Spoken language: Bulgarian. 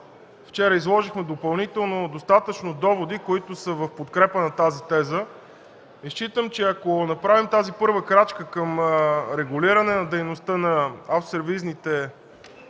Вчера изложихме допълнително достатъчно доводи, които са в подкрепа на тази теза. Считам, че ако направим тази първа крачка към регулиране на дейността на автосервизните фирми,